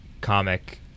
comic